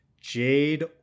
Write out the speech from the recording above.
Jade